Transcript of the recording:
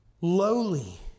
lowly